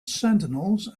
sentinels